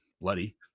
bloody